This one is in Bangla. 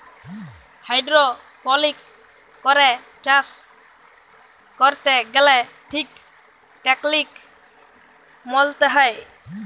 হাইড্রপলিক্স করে চাষ ক্যরতে গ্যালে ঠিক টেকলিক মলতে হ্যয়